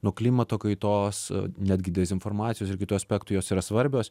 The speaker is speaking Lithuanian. nuo klimato kaitos netgi dezinformacijos ir kitų aspektų jos yra svarbios